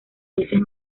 socios